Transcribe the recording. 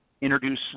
introduce